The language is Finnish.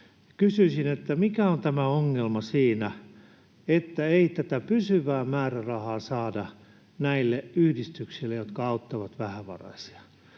Kysyisin: mikä on tämä ongelma siinä, että tätä pysyvää määrärahaa ei saada näille yhdistyksille, jotka auttavat vähävaraisia?